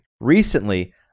Recently